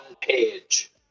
page